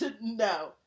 no